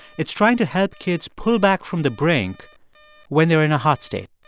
it's trying to help kids pull back from the brink when they're in a hot state.